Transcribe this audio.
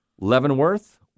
Leavenworth